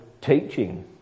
teaching